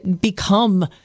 become